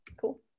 Cool